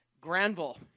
Granville